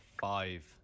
Five